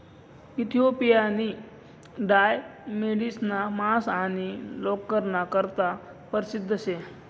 इथिओपियानी डाय मेढिसना मांस आणि लोकरना करता परशिद्ध शे